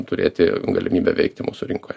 turėti galimybę veikti mūsų rinkoje